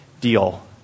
deal